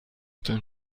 ten